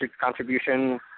contribution